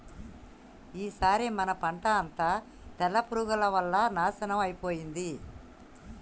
ఈసారి మన పంట అంతా తెల్ల పురుగుల వల్ల నాశనం అయిపోయింది